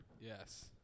Yes